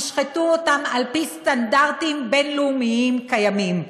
ישחטו אותם על-פי סטנדרטים בין-לאומיים קיימים.